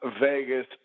Vegas